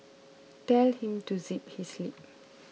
tell him to zip his lip